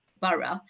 borough